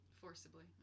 forcibly